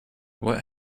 what